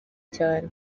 cyane